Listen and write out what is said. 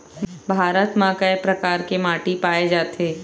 भारत म कय प्रकार के माटी पाए जाथे?